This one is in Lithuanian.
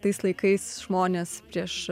tais laikais žmonės prieš